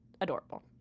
adorable